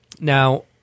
Now